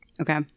Okay